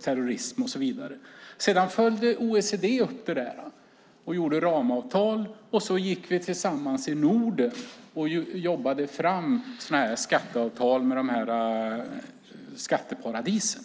terrorism. OECD följde upp det och gjorde ramavtal. Sedan gick vi i Norden tillsammans och jobbade fram sådana här skatteavtal med skatteparadisen.